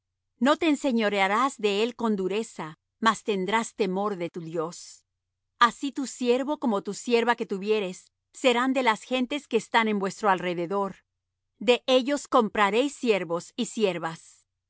no te enseñorearás de él con dureza mas tendrás temor de tu dios así tu siervo como tu sierva que tuvieres serán de las gentes que están en vuestro alrededor de ellos compraréis siervos y siervas